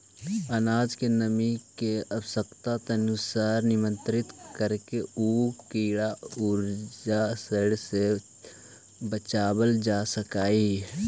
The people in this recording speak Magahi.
अनाज के नमी के आवश्यकतानुसार नियन्त्रित करके उ कीड़ा औउर सड़े से बचावल जा सकऽ हई